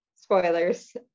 spoilers